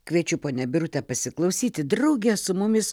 kviečiu ponią birutę pasiklausyti drauge su mumis